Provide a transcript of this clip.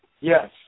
Yes